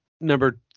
number